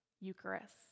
Eucharist